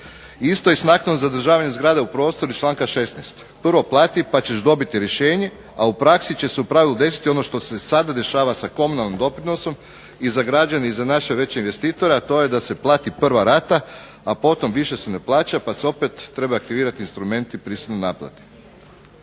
Isto je i s naknadom …/Govornik se ne razumije./… iz članka 16., prvo plati pa ćeš dobiti rješenje, a u praksi će se u pravilu desiti ono što se sada dešava sa komunalnim doprinosom i za građane i za naše veće investitore, a to je da se plati prva rata, a potom više se ne plaća pa se opet trebaju aktivirati instrumenti prisilne naplate.